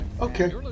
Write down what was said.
Okay